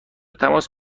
تماس